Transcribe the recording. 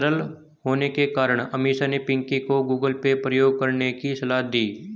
सरल होने के कारण अमीषा ने पिंकी को गूगल पे प्रयोग करने की सलाह दी